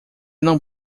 não